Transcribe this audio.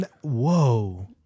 Whoa